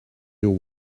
your